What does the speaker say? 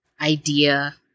idea